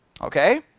Okay